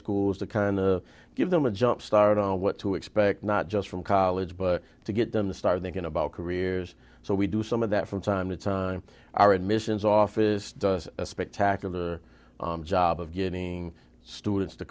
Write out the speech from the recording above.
schools to kind of give them a jump start on what to expect not just from college but to get them to start thinking about careers so we do some of that from time to time our admissions office does a spectacular job of getting students to